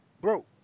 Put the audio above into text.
bro